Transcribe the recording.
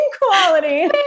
quality